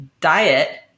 diet